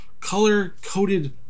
color-coded